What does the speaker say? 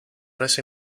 reso